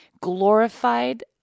glorified